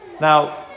Now